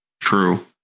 true